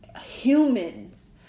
humans